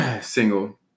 single